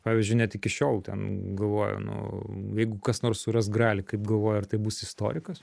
pavyzdžiui net iki šiol ten galvoja nu jeigu kas nors suras gralį kaip galvoji ar tai bus istorikas